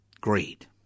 Greed